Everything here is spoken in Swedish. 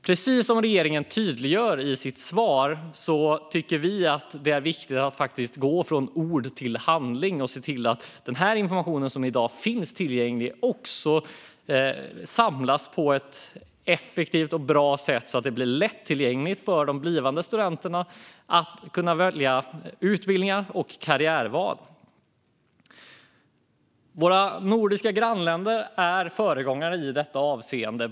Precis som regeringen tydliggör i sitt svar tycker vi att det är viktigt att gå från ord till handling och se till att den information som i dag finns samlas på ett effektivt och bra sätt så att den blir lättillgänglig för blivande studenter som ska välja utbildning och göra karriärval. Våra nordiska grannländer är föregångare i detta avseende.